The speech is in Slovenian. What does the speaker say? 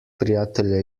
prijatelja